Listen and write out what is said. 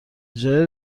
جای